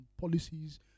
policies